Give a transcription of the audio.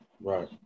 Right